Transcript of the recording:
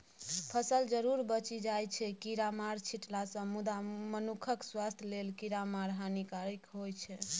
फसल जरुर बचि जाइ छै कीरामार छीटलासँ मुदा मनुखक स्वास्थ्य लेल कीरामार हानिकारक होइ छै